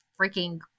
freaking